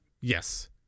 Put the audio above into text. Yes